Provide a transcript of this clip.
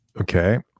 Okay